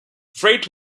freight